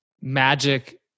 magic